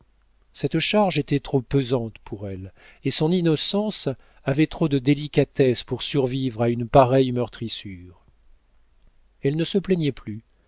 cette charge était trop pesante pour elle et son innocence avait trop de délicatesse pour survivre à une pareille meurtrissure elle ne se plaignait plus